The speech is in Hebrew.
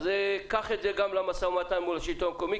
אז קח את זה גם כן למשא ומתן מול השלטון המקומי,